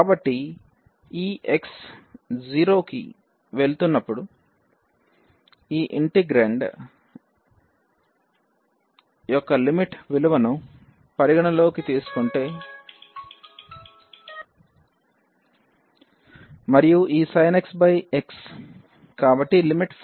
కాబట్టి ఈ X 0 కు వెళుతున్నప్పుడు ఈ ఇంటెగ్రాండ్ యొక్క లిమిట్ విలువను పరిగణలోనికి తీసుకుంటేలిమిట్ x విలువ 0 కి చేరుతున్నప్పుడు మరియు ఈ sin x x